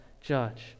judge